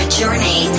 journey